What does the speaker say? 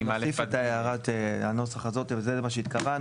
נוסיף את הערת הנוסח הזאת אבל זה מה שהתכווננו,